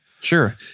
Sure